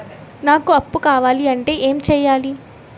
నాకు అప్పు కావాలి అంటే ఎం చేయాలి?